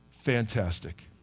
fantastic